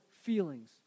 feelings